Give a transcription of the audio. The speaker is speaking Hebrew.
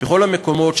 בכל המקומות,